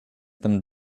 them